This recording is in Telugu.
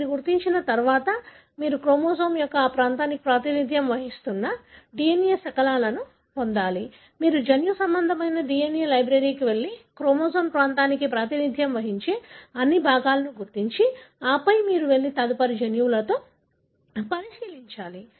మీరు గుర్తించిన తర్వాత మీరు క్రోమోజోమ్ యొక్క ఆ ప్రాంతానికి ప్రాతినిధ్యం వహిస్తున్న DNA శకలాలు పొందాలి మీరు జన్యుసంబంధమైన DNA లైబ్రరీకి వెళ్లి క్రోమోజోమ్ ప్రాంతానికి ప్రాతినిధ్యం వహించే అన్ని భాగాన్ని గుర్తించి ఆపై మీరు వెళ్లి తదుపరి జన్యువులను పరిశీలించాలి